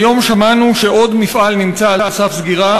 היום שמענו שעוד מפעל נמצא על סף סגירה,